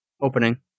opening